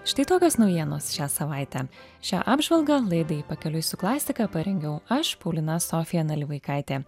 štai tokios naujienos šią savaitę šią apžvalgą laidai pakeliui su klasika parengiau aš paulina sofija nalivaikaitė